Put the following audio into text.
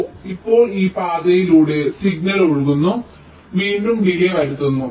അതിനാൽ ഇപ്പോൾ ഈ പാതയിലൂടെ സിഗ്നൽ ഒഴുകുന്നു വീണ്ടും ഡിലേയ് വരുത്തുന്നു